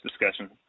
discussion